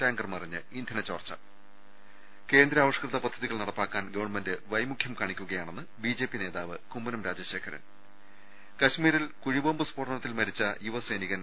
tanker മറിഞ്ഞ് ഇന്ധന ചോർച്ച കേന്ദ്രാവിഷ്കൃത പദ്ധതികൾ നടപ്പാക്കാൻ ഗവൺമെന്റ് വൈമുഖ്യം കാണിക്കുകയാണെന്ന് ബി ജെ പി നേതാവ് കുമ്മനം രാജശേഖരൻ കശ്മീരിൽ കുഴിബോംബ് സ്ഫോടനത്തിൽ മരിച്ച യുവ സൈനികൻ